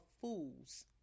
fools